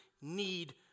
need